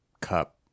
cup